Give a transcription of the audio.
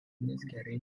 gerai